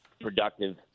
productive